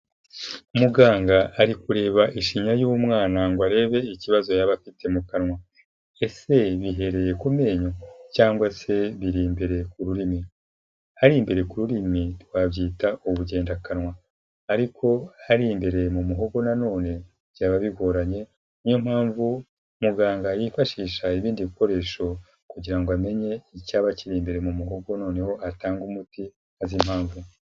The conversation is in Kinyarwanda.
Muganga ari kureba ishinya y'umwana ngo arebe ikibazo yaba afite mu kanwa, ese bihereye ku menyo? cyangwa se biri imbereye ku rurimi? ari imbere ku rurimi twabyita ubugendakanwa ariko ari imbere mu muhogo na none byaba bigoranye niyo mpamvu muganga yifashisha ibindi bikoresho kugira amenye icyaba kiri imbere mu muhogo noneho atange umuti azi impamvu.